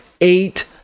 eight